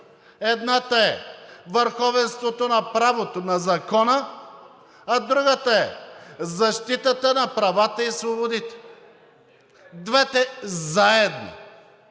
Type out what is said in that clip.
Едната е върховенството на правото, на закона, а другата е защитата на правата и свободите – двете заедно,